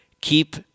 keep